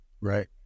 Right